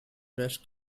rest